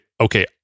okay